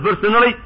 personally